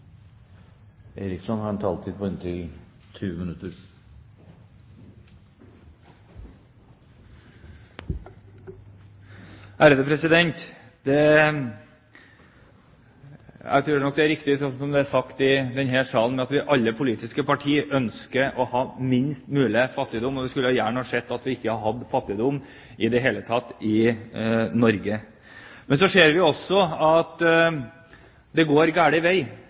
riktig, slik det er sagt i denne salen, at alle politiske partier ønsker å ha minst mulig fattigdom, og jeg skulle gjerne sett at vi ikke hadde fattigdom i det hele tatt i Norge. Men så ser vi også at det går gal vei.